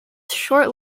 short